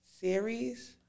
series